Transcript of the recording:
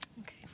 Okay